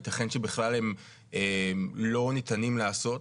יתכן שבכלל הם לא ניתנים לעשות,